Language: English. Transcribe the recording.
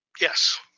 Yes